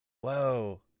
whoa